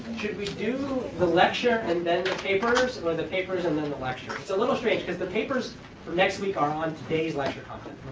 should we do the lecture and then the papers? or the papers and then the lecture? it's a little strange, because the papers for next week are on today's lecture content.